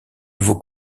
nouveau